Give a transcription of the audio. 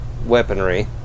weaponry